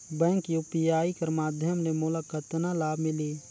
Bank UPI कर माध्यम ले मोला कतना लाभ मिली?